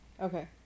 Okay